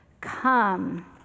Come